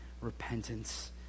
repentance